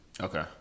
okay